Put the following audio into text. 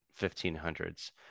1500s